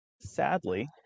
Sadly